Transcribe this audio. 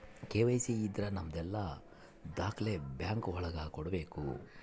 KYC ಇದ್ರ ನಮದೆಲ್ಲ ದಾಖ್ಲೆ ಬ್ಯಾಂಕ್ ಒಳಗ ಕೊಡ್ಬೇಕು